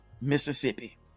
Mississippi